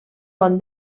bon